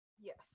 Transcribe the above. yes